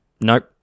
nope